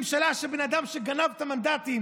זו ממשלה של בן אדם שגנב את המנדטים,